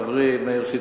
חברי מאיר שטרית.